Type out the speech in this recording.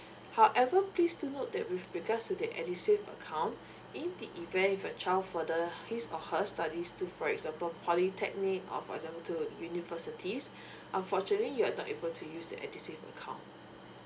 however please do note that with regards to the edusave account in the event if your child further his or her studies to for example polytechnic or for example to universities unfortunately you're not able to use the edusave account